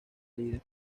líder